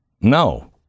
No